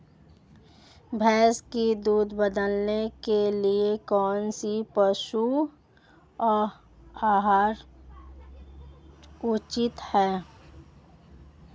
भैंस का दूध बढ़ाने के लिए कौनसा पशु आहार उचित है?